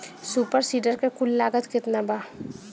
Super seeder के कुल लागत केतना बा?